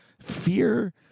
fear